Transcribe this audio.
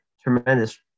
tremendous